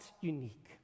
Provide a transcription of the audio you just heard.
unique